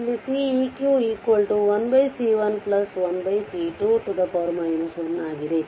ಇಲ್ಲಿ Ce q 1C1 1C2 1 ಆಗಿದೆ